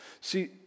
See